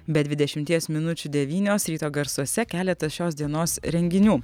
be dvidešimties minučių devynios ryto garsuose keletas šios dienos renginių